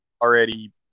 already